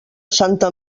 santa